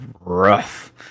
rough